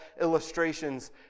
illustrations